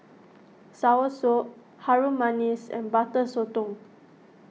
Soursop Harum Manis and Butter Sotong